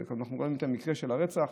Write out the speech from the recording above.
אנחנו זוכרים את המקרה של הרצח,